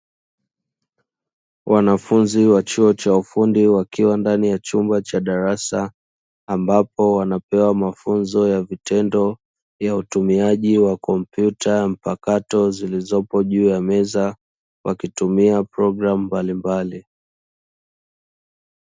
Wanafunzi wa chuo cha ufundi wakiwa ndani ya chumba cha darasa, ambapo wanapewa mafunzo ya vitendo ya utumiaji wa kompyuta mpakato zilizopo juu ya meza, wakitumia programu mbalimbali.